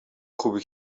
خوبی